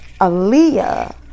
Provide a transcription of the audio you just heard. Aaliyah